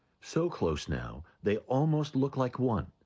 so close now they almost look like one.